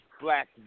black